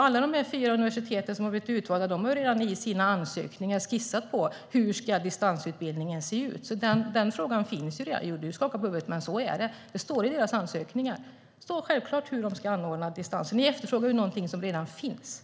Alla de fyra universitet som har blivit utvalda har ju redan i sina ansökningar skissat på hur distansutbildningen ska se ut. Betty Malmberg skakar på huvudet, men detta står faktiskt i deras ansökningar. Där står hur de ska anordna distansutbildningen. Ni efterfrågar något som redan finns.